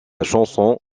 chanson